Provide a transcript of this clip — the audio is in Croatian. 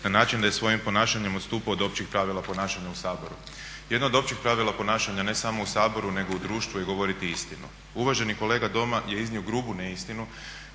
na način da je svojim ponašanjem odstupao od općih pravila ponašanja u Saboru. Jedno od općih pravila ponašanja, ne samo u Saboru nego u društvu je govoriti istinu. Uvaženi kolega Doma je iznio grubu neistinu